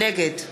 נגד